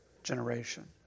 generation